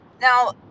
Now